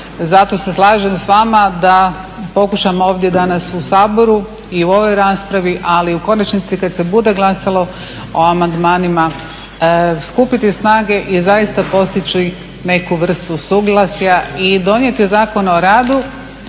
Zato se slažem s vama da pokušamo ovdje danas u Saboru ali i u ovoj raspravi, ali u konačnici kada se bude glasalo o amandmanima skupiti snage i zaista postići neku vrstu suglasja i donijeti Zakon o radu